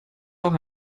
auch